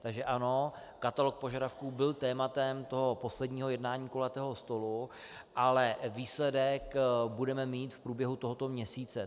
Takže ano, katalog požadavků byl tématem posledního jednání kulatého stolu, ale výsledek budeme mít v průběhu tohoto měsíce.